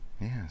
yes